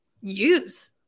use